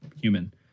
human